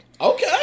Okay